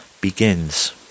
begins